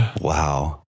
Wow